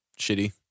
shitty